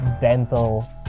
dental